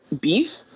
beef